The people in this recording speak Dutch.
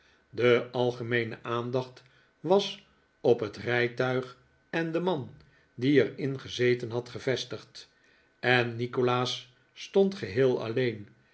de algemeene aandacht was op het rijtuig en den man die er in gezeten had gevestigd en nikolaas stond geheel alleen